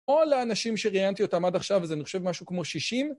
או לאנשים שראיינתי אותם עד עכשיו, אז אני חושב משהו כמו 60.